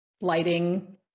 lighting